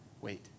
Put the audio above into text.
wait